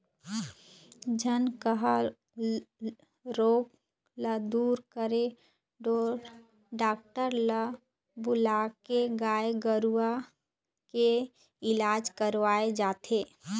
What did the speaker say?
झनकहा रोग ल दूर करे ढोर डॉक्टर ल बुलाके गाय गरुवा के इलाज करवाय जाथे